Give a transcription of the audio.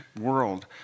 world